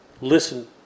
listen